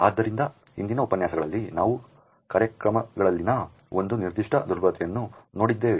ಆದ್ದರಿಂದ ಹಿಂದಿನ ಉಪನ್ಯಾಸಗಳಲ್ಲಿ ನಾವು ಕಾರ್ಯಕ್ರಮಗಳಲ್ಲಿನ ಒಂದು ನಿರ್ದಿಷ್ಟ ದುರ್ಬಲತೆಯನ್ನು ನೋಡಿದ್ದೇವೆ